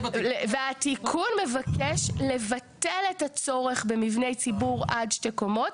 והתיקון מבקש לבטל את הצורך במבני ציבור עד שתי קומות.